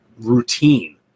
routine